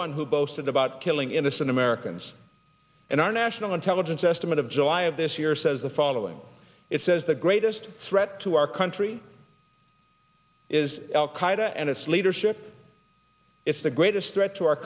one who boasted about killing innocent americans and our national intelligence estimate of july of this year says the following it says the greatest threat to our country is al qaida and its leadership is the greatest threat to our